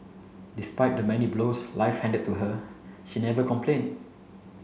despite the many blows life handed to her she never complained